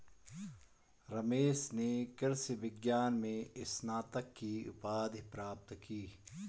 रमेश ने कृषि विज्ञान में स्नातक की उपाधि प्राप्त की